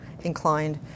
inclined